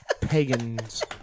pagans